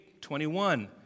21